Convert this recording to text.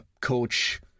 coach